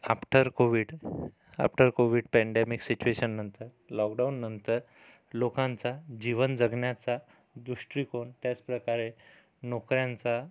after Covid after Covid pandemic सिचुएशननंतर लॉकडाऊननंतर लोकांचा जीवन जगण्याचा दृष्टिकोन त्याचप्रकारे नोकऱ्यांचा